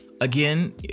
again